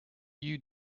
you